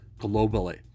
globally